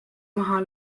maha